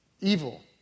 evil